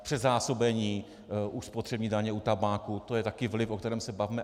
Předzásobení u spotřební daně u tabáku, to je také vliv, o kterém se bavme.